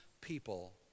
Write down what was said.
people